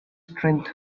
strength